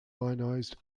ionized